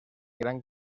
gran